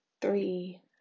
three